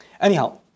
Anyhow